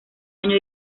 año